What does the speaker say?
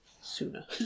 sooner